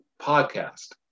podcast